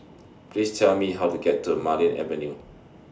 Please Tell Me How to get to Marlene Avenue